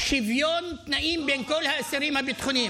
בשוויון תנאים בין כל האסירים הביטחוניים,